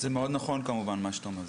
זה נכון מאוד כמובן מה שאתה אומר.